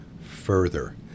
further